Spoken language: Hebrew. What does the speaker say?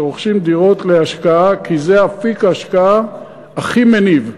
שרוכשים דירות להשקעה כי זה אפיק ההשקעה הכי מניב.